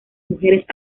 mujeres